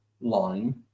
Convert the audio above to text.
line